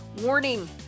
Warning